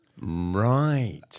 Right